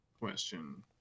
question